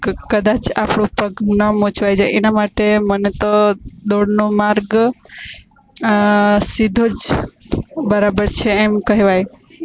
કદાચ આપણો પગ ન મોચવાઈ જાય એના માટે મને તો દોડનો માર્ગ સીધો જ બરાબર છે એમ કહેવાય